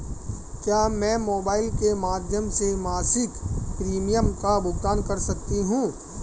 क्या मैं मोबाइल के माध्यम से मासिक प्रिमियम का भुगतान कर सकती हूँ?